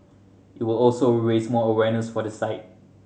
it will also raise more awareness for the site